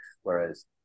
Whereas